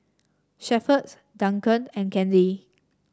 Shepherd Duncan and Candy